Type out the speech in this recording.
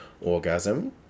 orgasm